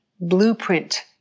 blueprint